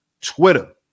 twitter